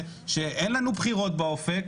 כשאין לנו בחירות באופק,